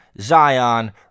Zion